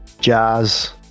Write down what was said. jazz